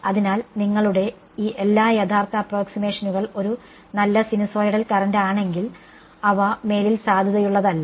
അതിനാൽ നിങ്ങളുടെ എല്ലാ യഥാർത്ഥ അപ്പ്രോക്സിമേഷനുകൾ ഒരു നല്ല സിനുസോയിഡൽ കറന്റ് ആണെങ്കിൽ അവ മേലിൽ സാധുതയുള്ളതല്ല